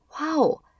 Wow